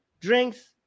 drinks